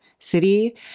city